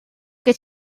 che